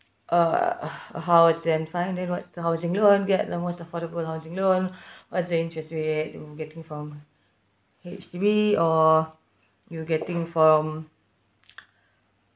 uh how is then find then what is the housing loan get the most affordable housing loan what's the interest rate they'll be getting from H_D_B or you getting from